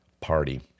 party